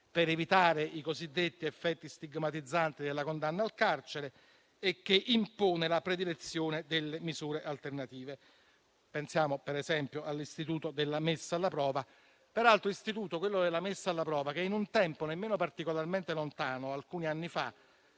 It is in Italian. per evitare i cosiddetti effetti stigmatizzanti della condanna al carcere, e che impone la predilezione delle misure alternative. Pensiamo, per esempio, all'istituto della messa alla prova; istituto, peraltro, che in un tempo nemmeno particolarmente lontano, alcuni anni fa,